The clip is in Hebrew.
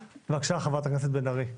בבקשה, חברת הכנסת בן ארי.